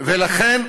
ולכן,